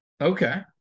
okay